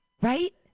right